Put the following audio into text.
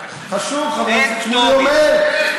נו, באמת.